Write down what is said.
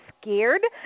scared